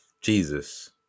Jesus